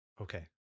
okay